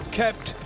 kept